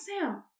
Sam